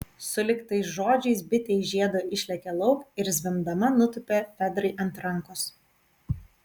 sulig tais žodžiais bitė iš žiedo išlėkė lauk ir zvimbdama nutūpė fedrai ant rankos